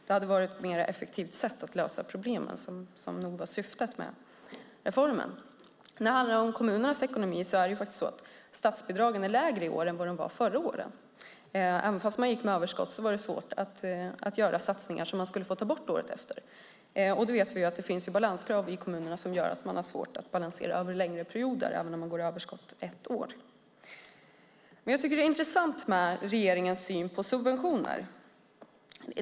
Det hade varit ett mer effektivt sätt att lösa problemen, vilket nog var syftet med reformen. När det handlar om kommunernas ekonomi är det faktiskt så att statsbidragen är lägre i år än de var förra året. Även fast man gick med överskott var det alltså svårt att göra satsningar som man skulle få ta bort året efter. Vi vet att det finns balanskrav i kommunerna, som gör att man har svårt att balansera över längre perioder även om man har överskott ett år. Jag tycker att det är intressant med regeringens syn på subventioner.